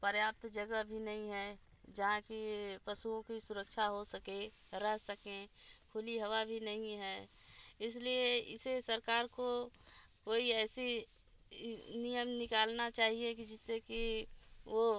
पर्याप्त जगह भी नहीं है जहाँ कि पशुओं की सुरक्षा हो सके रह सकें खुली हवा भी नहीं है इसलिए इसे सरकार को कोई ऐसे नियम निकालना चाहिए कि जिससे कि वो